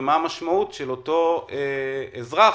מה המשמעות לאותו אזרח,